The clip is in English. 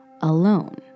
alone